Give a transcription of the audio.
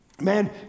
Man